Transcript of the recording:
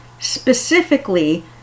specifically